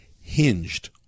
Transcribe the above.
hinged